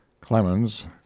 Clemens